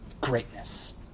greatness